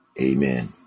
Amen